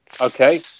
Okay